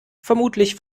vermutlich